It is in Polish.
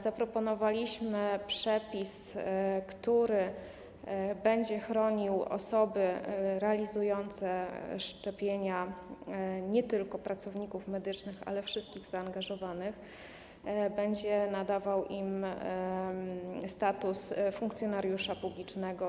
Zaproponowaliśmy przepis, który będzie chronił osoby realizujące szczepienia, nie tylko pracowników medycznych, ale wszystkich zaangażowanych, będzie nadawał im status funkcjonariusza publicznego.